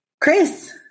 Chris